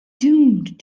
doomed